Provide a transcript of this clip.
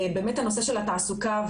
הנושא של התעסוקה,